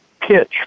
pitch